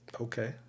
Okay